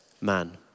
man